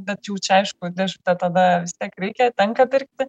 bet jų čia aišku dežutę tada vis tiek reikia tenka pirkti